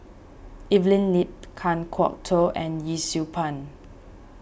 Evelyn Lip Kan Kwok Toh and Yee Siew Pun